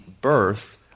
birth